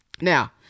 Now